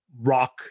rock